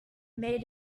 made